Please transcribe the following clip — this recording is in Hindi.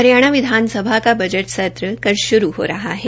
हरियाणा विधानसभा का बजट सत्र कल शुरू हो रहा है